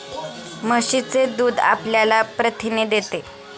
म्हशीचे दूध आपल्याला प्रथिने देते